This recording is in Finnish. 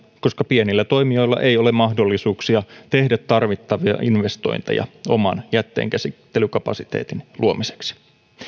koska pienillä toimijoilla ei ole mahdollisuuksia tehdä tarvittavia investointeja oman jätteenkäsittelykapasiteetin luomiseksi